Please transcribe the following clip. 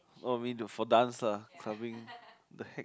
oh me do for dance lah clubbing the heck